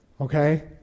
Okay